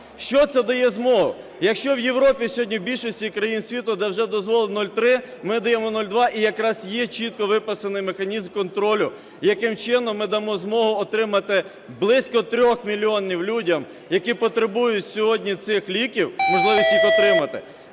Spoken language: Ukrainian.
Що це дає змогу? Якщо в Європі сьогодні, в більшості країн світу, де вже дозволено 0,3, ми даємо 0,2, і якраз є чітко виписаний механізм контролю, яким чином ми дамо змогу отримати близько 3 мільйонів людям, які потребують сьогодні цих ліків, можливість їх отримати.